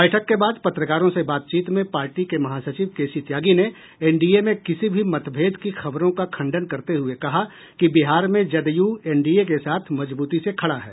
बैठक के बाद पत्रकारों से बातचीत में पार्टी के महासचिव केसी त्यागी ने एनडीए में किसी भी मतभेद की खबरों का खंडन करते हुए कहा कि बिहार में जदयू एनडीए के साथ मजबूती से खड़ा है